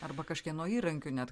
arba kažkieno įrankiu net